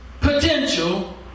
potential